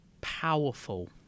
powerful